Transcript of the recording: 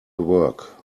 work